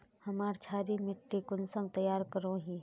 हमार क्षारी मिट्टी कुंसम तैयार करोही?